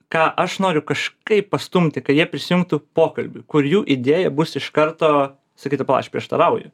ką aš noriu kažkaip pastumti kad jie prisijungtų į pokalbį kur jų idėja bus iš karto sakytų pala aš prieštarauju